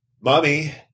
Mommy